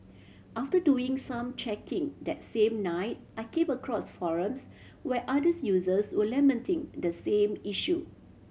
after doing some checking that same night I came across forums where others users were lamenting the same issue